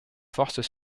forces